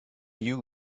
you